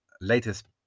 latest